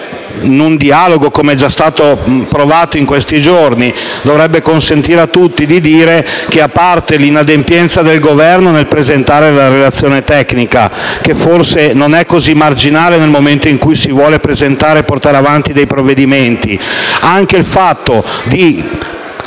in un dialogo, come e stato provato in questi giorni – dovrebbero consentire a tutti di dire che, a parte l’inadempienza del Governo nel presentare la relazione tecnica (che forse non ecosı marginale nel momento in cui si vogliono presentare e portare avanti dei provvedimenti), un’ulteriore